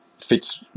fits